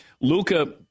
Luca